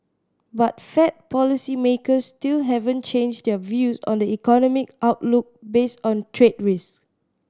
but Fed policymakers still haven't changed their views on the economic outlook based on trade risk